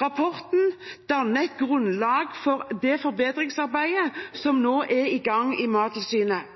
Rapporten danner et grunnlag for det forbedringsarbeidet som nå er i gang i Mattilsynet.